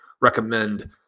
recommend